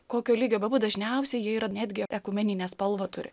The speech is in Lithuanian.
kokio lygio dažniausiai jie yra netgi ekumeninę spalvą turi